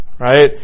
Right